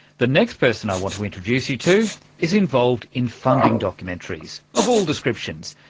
the next person i want to introduce you to is involved in funding documentaries of all descriptions.